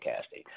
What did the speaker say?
Casting